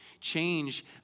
Change